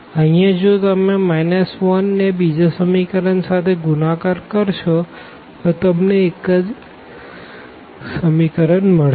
અહિયાં જો તમે 1 ને બીજા ઇક્વેશન સાથે ગુણાકાર કરશો તો તમને એજ ઇક્વેશન મળશે